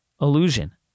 illusion